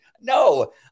No